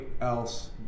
else